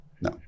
no